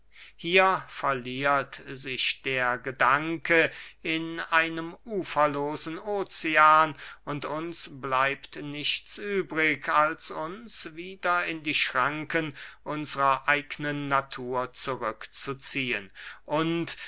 hier verliert sich der gedanke in einem uferlosen ocean und uns bleibt nichts übrig als uns wieder in die schranken unsrer eigenen natur zurückzuziehen und